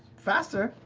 faster.